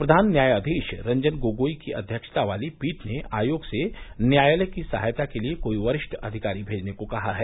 प्रधान न्यायाधीश रंजन गोगोई की अध्यक्षता वाली पीठ ने आयोग से न्यायालय की सहायता के लिए कोई वरिष्ठ अधिकारी भेजने को कहा है